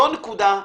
זו נקודה נוספת.